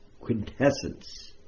quintessence